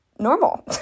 normal